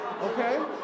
Okay